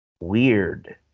weird